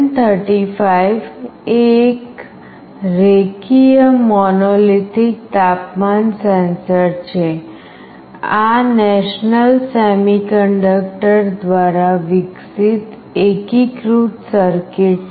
LM35 એ એક રેખીય મોનોલિથિક તાપમાન સેન્સર છે આ નેશનલ સેમિકન્ડક્ટર દ્વારા વિકસિત એકીકૃત સર્કિટ છે